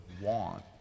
want